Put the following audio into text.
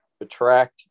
attract